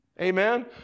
Amen